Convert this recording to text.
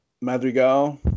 Madrigal